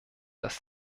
dass